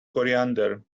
coriander